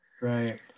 Right